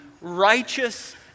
righteous